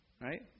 right